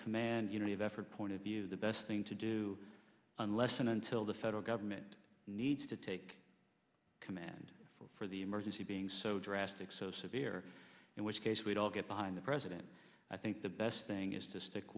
and unity of effort point of view the best thing to do unless and until the federal government needs to take command for the emergency being so drastic so severe in which case we all get behind the president i think the best thing is to stick